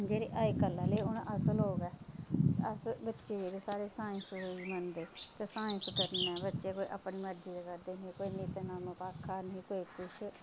जेह्ड़े अज्जकल आहले हून अस लोक ऐ ते अस बच्चे जेह्ड़े साढ़े सांइस गी मन्नदे ते साइंस करने बच्चे अपनी मर्जी दा करदे कोई नित नियम निं भाखा नेईं किश